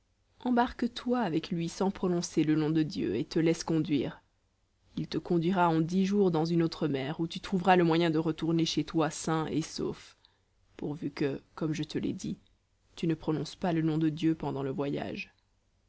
embarque toi avec lui sans prononcer le nom de dieu et te laisse conduire il te conduira en dix jours dans une autre mer où tu trouveras le moyen de retourner chez toi sain et sauf pourvu que comme je te l'ai dit tu ne prononces pas le nom de dieu pendant le voyage